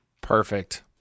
Perfect